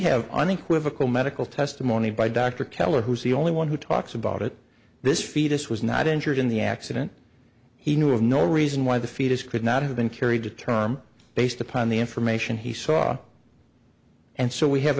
have unequivocal medical testimony by dr keller who's the only one who talks about it this fetus was not injured in the accident he knew of no reason why the fetus could not have been carried to term based upon the information he saw and so we have